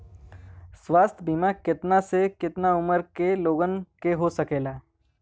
स्वास्थ्य बीमा कितना से कितना उमर के लोगन के हो सकेला?